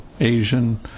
Asian